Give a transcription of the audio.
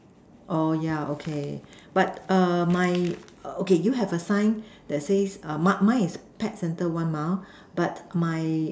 oh yeah okay but err mine okay you have a sign that says mine mine is pet center one mile but my